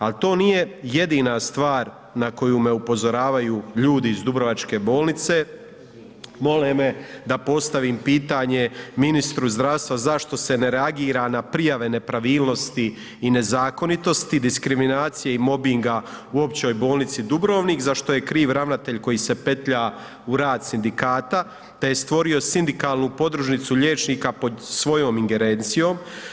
Ali to nije jedina stvar na koju me upozoravaju ljudi iz Dubrovačke bolnice, mole me da postavim pitanje ministru zdravstva zašto se ne reagira na prijave nepravilnosti i nezakonitosti, diskriminacije i mobinga u Općoj bolnici Dubrovnik za što je kriv ravnatelj koji se petlja u rad sindikata te je stvorio sindikalnu podružnicu liječnika pod svojom ingerencijom.